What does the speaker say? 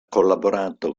collaborato